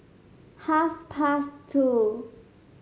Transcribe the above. half past two